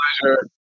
pleasure